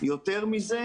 יותר מזה,